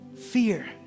fear